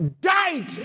Died